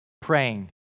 praying